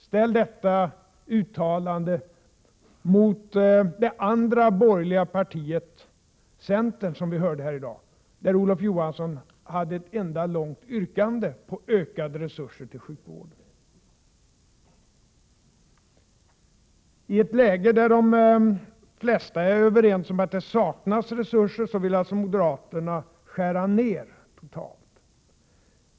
Ställ detta uttalande mot ett annat borgerligt partis — centerns — uttalande som vi hörde här i dag. Olof Johansson framförde ett enda långt yrkande på ökade resurser till sjukvården. I ett läge där de flesta är överens om att det saknas resurser, vill alltså moderaterna skära ned totalt.